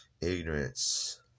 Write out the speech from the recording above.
Ignorance